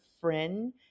friend